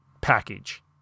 package